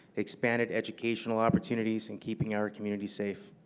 expanded educational opportunities and keeping our community safe.